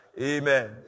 Amen